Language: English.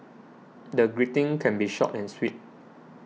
the greeting can be short and sweet